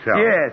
Yes